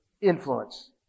influence